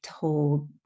told